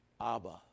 Abba